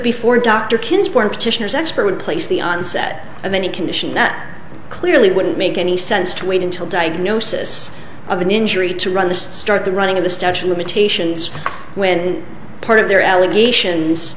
before dr king is born petitioner's expert would place the onset of any condition that clearly wouldn't make any sense to wait until diagnosis of an injury to run the start the running of the statue of limitations when part of their allegations